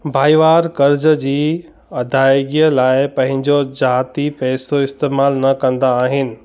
भाईवार कर्ज़ जी अदाइगीअ लाइ पंहिंजो जाती पैसो इस्तेमालु न कंदा आहिनि